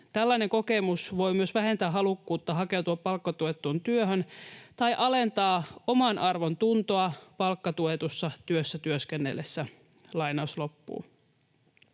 Tällainen kokemus voi myös vähentää halukkuutta hakeutua palkkatuettuun työhön tai alentaa omanarvontuntoa palkkatuetussa työssä työskennellessä.”